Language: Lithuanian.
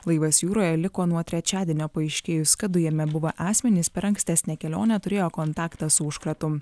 laivas jūroje liko nuo trečiadienio paaiškėjus kad du jame buvę asmenys per ankstesnę kelionę turėjo kontaktą su užkratu